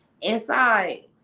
inside